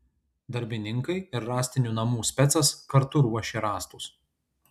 darbininkai ir rąstinių namų specas kartu ruošė rąstus